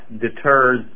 deters